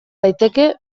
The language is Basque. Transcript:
daiteke